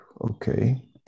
Okay